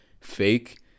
fake